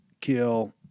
kill